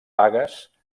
vagues